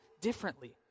differently